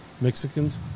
Mexicans